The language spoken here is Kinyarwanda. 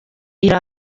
iri